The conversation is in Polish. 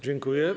Dziękuję.